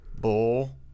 Bull